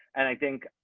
and i think,